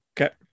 Okay